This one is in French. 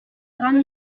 drame